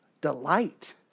delight